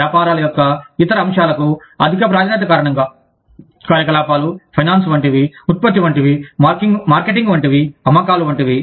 వ్యాపారాల యొక్క ఇతర అంశాలకు అధిక ప్రాధాన్యత కారణంగా కార్యకలాపాలు ఫైనాన్స్ వంటివి ఉత్పత్తి వంటివి మార్కెటింగ్ వంటివి అమ్మకాలు వంటివి